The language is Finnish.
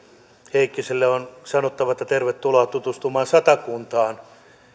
heikkiselle on sanottava että tervetuloa tutustumaan satakuntaan